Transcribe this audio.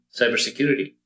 cybersecurity